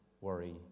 worry